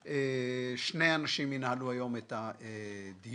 שני אנשים ינהלו היום את הדיון: